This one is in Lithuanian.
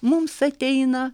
mums ateina